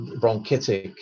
bronchitic